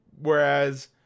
whereas